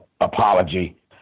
apology